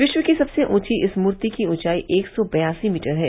विश्व की सबसे ऊँची इस मूर्ति की ऊँचाई एक सौ बयासी मीटर है